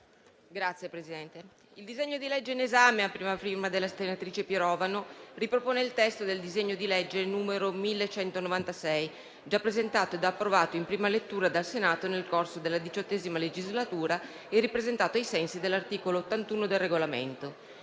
il disegno di legge in esame, a prima della senatrice Pirovano, ripropone il testo del disegno di legge n. 1196, già presentato ed approvato in prima lettura dal Senato nel corso della XVIII legislatura e ripresentato ai sensi dell'articolo 81 del Regolamento.